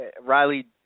Riley